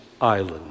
island